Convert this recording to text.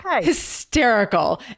hysterical